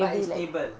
but it's stable